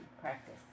practice